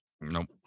Nope